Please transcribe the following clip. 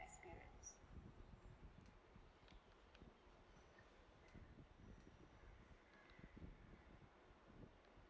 experience